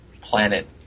planet